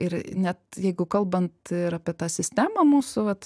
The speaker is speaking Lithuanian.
ir net jeigu kalbant ir apie tą sistemą mūsų vat